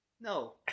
No